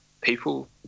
people